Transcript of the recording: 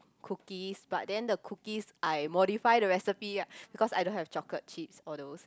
cookies but then the cookies I modify the recipe because I don't have chocolate chips all those